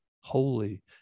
holy